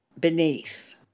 beneath